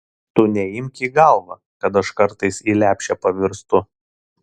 tu neimk į galvą kad aš kartais į lepšę pavirstu